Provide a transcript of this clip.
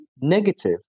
negative